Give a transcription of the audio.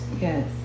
Yes